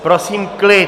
Prosím klid!